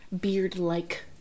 beard-like